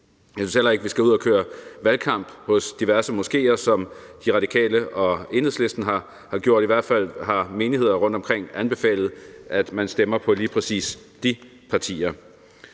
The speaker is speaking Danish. Jeg synes heller ikke, vi skal ud at køre valgkamp hos diverse moskeer, som De Radikale og Enhedslisten har gjort, i hvert fald har menigheder rundtomkring anbefalet, at man stemmer på lige præcis de partier.